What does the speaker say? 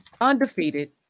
Undefeated